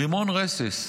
רימון רסס,